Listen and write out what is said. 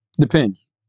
Depends